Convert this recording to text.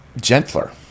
gentler